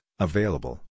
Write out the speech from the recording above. available